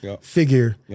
figure